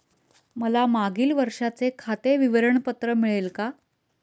मला मागील वर्षाचे खाते विवरण पत्र मिळेल का?